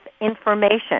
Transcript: information